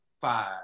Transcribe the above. five